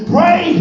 Pray